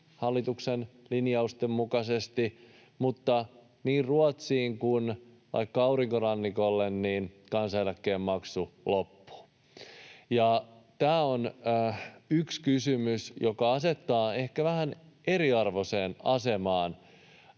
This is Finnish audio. hallituksen linjausten mukaisesti, mutta niin Ruotsiin kuin vaikka Aurinkorannikolle kansaneläkkeen maksu loppuu. Ja tämä on yksi kysymys, joka asettaa ehkä vähän eriarvoiseen asemaan